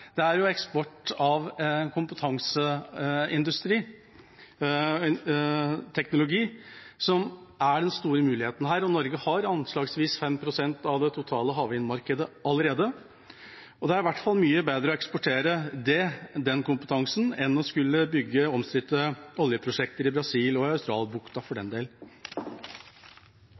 Det er jo eksport av kompetanseindustri og teknologi som er den store muligheten her, og Norge har anslagsvis 5 pst. av det totale havvindmarkedet allerede. Det er i hvert fall mye bedre å eksportere den kompetansen enn å skulle bygge ut omstridte oljeprosjekter i Brasil og Australbukta, for den del.